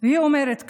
והיא אומרת ככה: